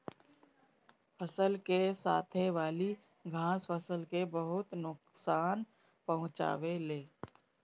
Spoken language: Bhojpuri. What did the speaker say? फसल के साथे वाली घास फसल के बहुत नोकसान पहुंचावे ले